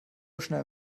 schnell